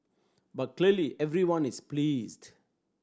but clearly everyone is pleased